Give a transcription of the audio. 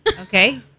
Okay